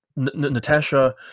Natasha